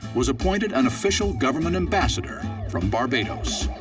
was appointed an official government ambassador from barbados.